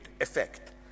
effect